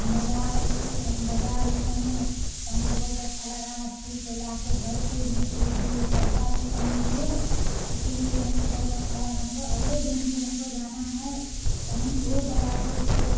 बाज़ार ऐसे बाज़ार यह सब में तो हमको बहुत अच्छा लगा अस्थिर से लाकर घर पर छोड़ दिए पैसा भी कम लिए इसी लिए हमको बहुत अच्छा लगा हमको अगले दिन भी हमको जाना है तो हम वह डलायवर को